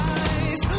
eyes